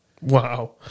Wow